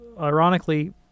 ironically